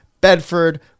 Bedford